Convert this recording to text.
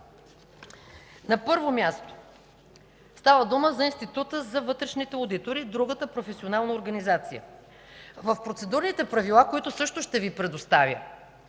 На първо място, става дума за Института за вътрешните одитори – другата професионална организация. В Процедурните правила, които също ще Ви предоставя